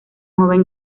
joven